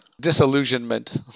Disillusionment